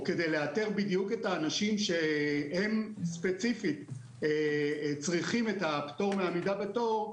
או כדי לאתר בדיוק את האנשים שהם ספציפית צריכים את הפטור מעמידה בתור,